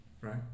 right